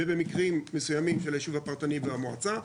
ובמקרים מסוימים של הישוב הפרטני והמועצה.